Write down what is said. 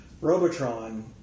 Robotron